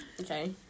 Okay